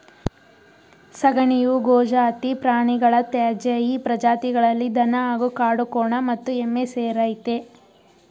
ಸಗಣಿಯು ಗೋಜಾತಿ ಪ್ರಾಣಿಗಳ ತ್ಯಾಜ್ಯ ಈ ಪ್ರಜಾತಿಗಳಲ್ಲಿ ದನ ಹಾಗೂ ಕಾಡುಕೋಣ ಮತ್ತು ಎಮ್ಮೆ ಸೇರಯ್ತೆ